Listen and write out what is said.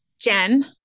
Jen